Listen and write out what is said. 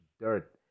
dirt